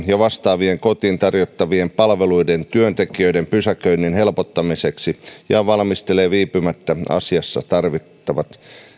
ja vastaavien kotiin tarjottavien palveluiden työntekijöiden pysäköinnin helpottamiseksi ja valmistelee viipymättä asiassa tarvittavat